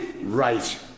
Right